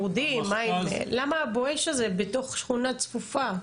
למה ה"בואש" הזה בתוך שכונה צפופה.